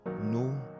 no